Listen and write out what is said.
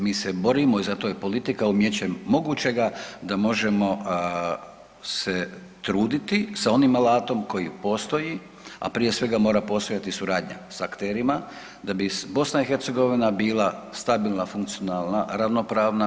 Mi se borimo i zato je politika umijeće mogućega da možemo se truditi sa onim alatom koji postoji, a prije svega mora postojati suradnja s akterima da bi Bosna i Hercegovina bila stabilna, funkcionalna, ravnopravna.